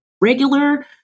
Regular